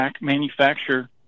manufacturer